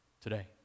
today